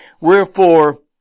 Wherefore